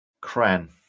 Cran